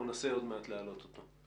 ננסה עוד מעט להעלות אותו.